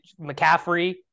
McCaffrey